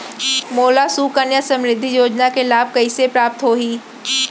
मोला सुकन्या समृद्धि योजना के लाभ कइसे प्राप्त होही?